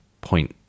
point